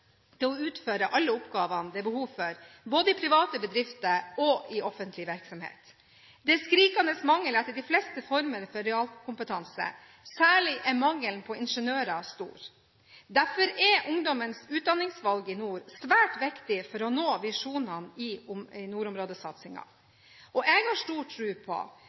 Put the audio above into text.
å utføre alle oppgavene det er behov for både i private bedrifter og i offentlig virksomhet. Det er en skrikende mangel på de fleste former for realfagskompetanse. Særlig er mangelen på ingeniører stor. Derfor er ungdommens utdanningsvalg i nord svært viktig for å nå visjonene i nordområdesatsingen. Jeg har stor tro på